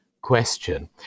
question